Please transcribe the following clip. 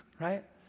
right